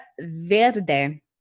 Verde